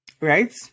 right